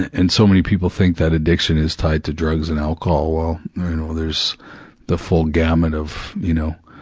and so many people think that addiction is tied to drugs and alcohol, well, you know there's the full gamut of you know,